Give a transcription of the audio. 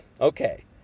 Okay